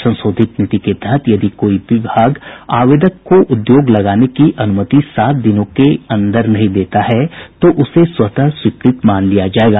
संशोधित नीति के तहत यदि कोई विभाग आवेदक को उद्योग लगाने की अनुमति सात दिनों के भीतर नहीं देता है तो उसे स्वतः स्वीकृत मान लिया जायेगा